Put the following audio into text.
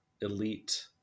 elite